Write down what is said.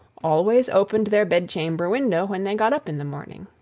always opened their bedchamber window when they got up in the morning.